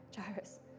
Jairus